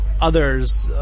others